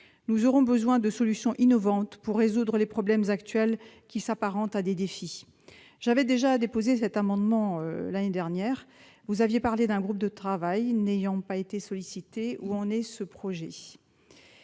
Nous aurons besoin de solutions innovantes pour résoudre les problèmes actuels, qui s'apparentent à des défis. J'avais déjà déposé cet amendement l'année dernière. Vous aviez évoqué, madame la ministre, un groupe de travail. N'ayant pas été sollicitée, je